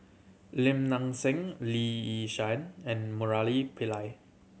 Lim Nang Seng Lee Yi Shyan and Murali Pillai